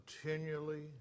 continually